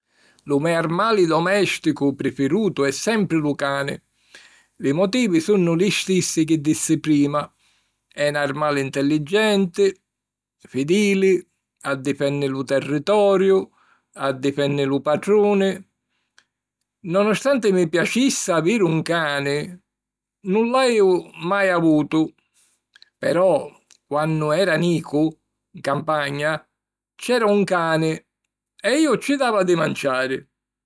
Lu me armali domèsticu prifirutu è sempri lu cani. Li motivi sunnu li stissi chi dissi prima: è 'n armali intelligenti, fidili, addifenni lu territoriu, addifenni lu patruni. Nonostanti mi piacissi aviri un cani, nun l'haju mai avutu. Però, quannu era nicu, 'n campagna, c'era un cani e iu ci dava di manciari.